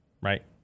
Right